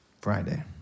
Friday